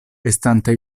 estante